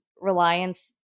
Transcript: reliance